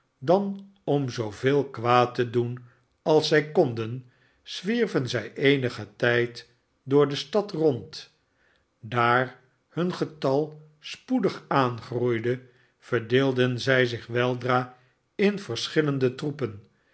dan om zooveel kwaad te doen als zij konden zwierven zij eenigen tijd door de stad rond daar hun getal spoedig aangroeide verdeelden zij zich weldra in verschillende troepen